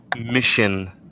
mission